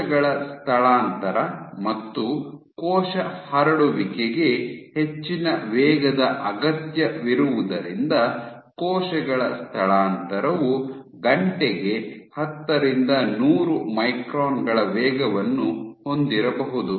ಕೋಶಗಳ ಸ್ಥಳಾಂತರ ಮತ್ತು ಕೋಶ ಹರಡುವಿಕೆಗೆ ಹೆಚ್ಚಿನ ವೇಗದ ಅಗತ್ಯವಿರುವುದರಿಂದ ಕೋಶಗಳ ಸ್ಥಳಾಂತರವು ಗಂಟೆಗೆ ಹತ್ತರಿಂದ ನೂರು ಮೈಕ್ರಾನ್ ಗಳ ವೇಗವನ್ನು ಹೊಂದಿರಬಹುದು